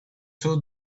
two